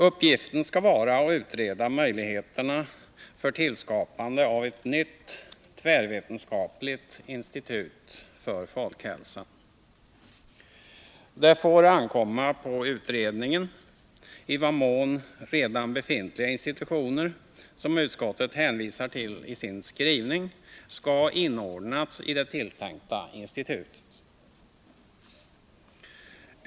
Uppgiften skall vara att utreda möjligheterna för skapande av ett nytt tvärvetenskapligt institut för folkhälsan. Det får ankomma på utredningen att undersöka i vad mån redan befintliga institutioner, som utskottet hänvisar till i sin skrivning, skall inordnas i det tilltänkta institutet.